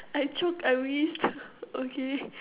I choke I wheezed okay